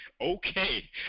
okay